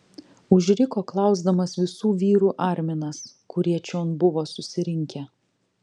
užriko klausdamas visų vyrų arminas kurie čion buvo susirinkę